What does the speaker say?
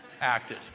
acted